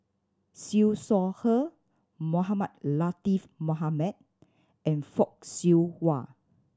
Siew Shaw Her Mohamed Latiff Mohamed and Fock Siew Wah